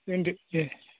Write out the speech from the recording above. दोनदो दे